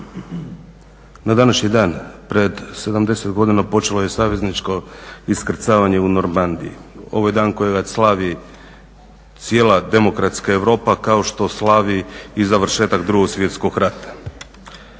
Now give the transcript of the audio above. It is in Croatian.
na današnji dan pred 70 godina počelo je savezničko iskrcavanje u Normandiji. Ovo je dan kojega slavi cijela demokratska Europa kao što slavi i završetak 2. svjetskog rata.